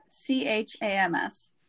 C-H-A-M-S